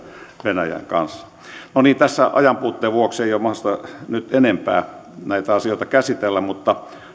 venäjän kanssa no niin tässä ajanpuutteen vuoksi ei ole mahdollista nyt enempää näitä asioita käsitellä mutta